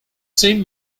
same